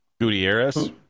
Gutierrez